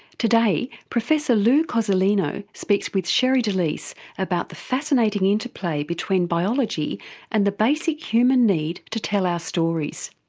today professor lou cozolino speaks with sherre delys about the fascinating interplay between biology and the basic human need to tell our stories.